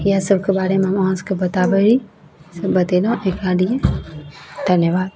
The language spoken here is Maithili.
इएहसबके बारेमे हम अहाँ सभकेँ बताबै ही हम बतेलहुँ एकरा लिए धन्यवाद